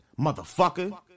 motherfucker